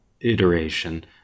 iteration